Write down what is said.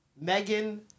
Megan